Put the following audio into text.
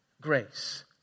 grace